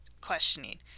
questioning